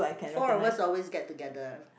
four of us always get together